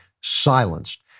silenced